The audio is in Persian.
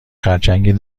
خرچنگ